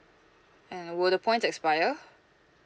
and will the points expire